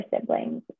siblings